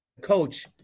coach